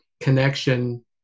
connection